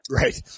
right